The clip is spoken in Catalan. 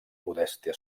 modèstia